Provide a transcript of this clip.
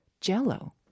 jello